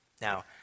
Now